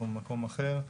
אנחנו במקום אחר.